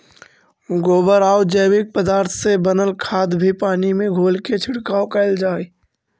गोबरआउ जैविक पदार्थ से बनल खाद भी पानी में घोलके छिड़काव कैल जा हई